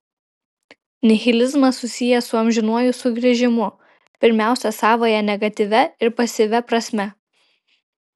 nihilizmas susijęs su amžinuoju sugrįžimu pirmiausia savąja negatyvia ir pasyvia prasme